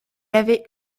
avait